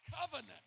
Covenant